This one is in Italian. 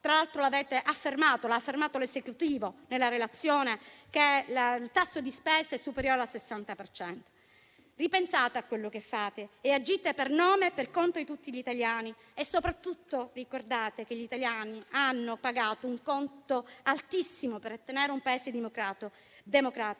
tra l'altro - com'è stato affermato dall'Esecutivo nella relazione - il tasso di spesa è superiore al 60 per cento. Ripensate a quello che fate e agite in nome e per conto di tutti gli italiani e, soprattutto, ricordate che gli italiani hanno pagato un costo altissimo per avere un Paese democratico